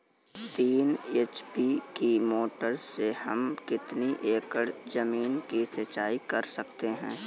तीन एच.पी की मोटर से हम कितनी एकड़ ज़मीन की सिंचाई कर सकते हैं?